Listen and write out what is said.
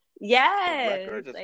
yes